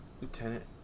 Lieutenant